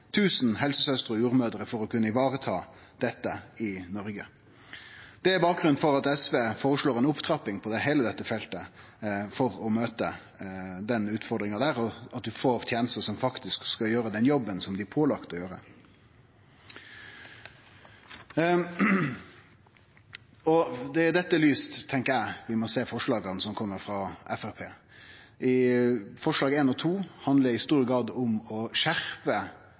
og jordmødrer for å kunne vareta dette i Noreg. Det er bakgrunnen for at SV foreslår ei opptrapping på heile dette feltet for å møte denne utfordringa, slik at ein får tenester som faktisk kan gjere den jobben dei er pålagde å gjere. Det er i dette lyset vi må sjå forslaga frå Fremskrittspartiet. Forslaga nr. 1 og 2 handlar i stor grad om å skjerpe